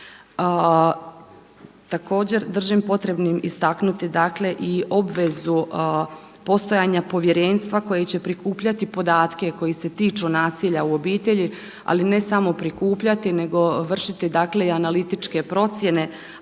Također držim potrebnim istaknuti i obvezu postojanja povjerenstva koje će prikupljati podatke koji se tiču nasilja u obitelji, ali ne samo prikupljati nego i vršiti analitičke procjene,